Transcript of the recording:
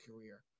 career